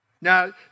Now